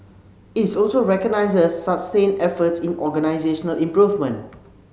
it's also recognises sustained efforts in organisational improvement